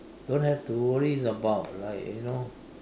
don't have to worry about like you know